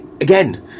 again